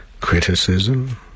criticism